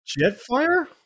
Jetfire